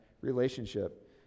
relationship